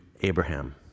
Abraham